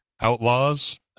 outlaws